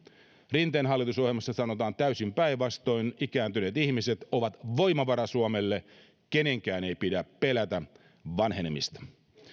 rinteen hallitusohjelmassa sanotaan täysin päinvastoin ikääntyneet ihmiset ovat voimavara suomelle kenenkään ei pidä pelätä vanhenemista